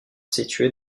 situé